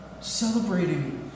Celebrating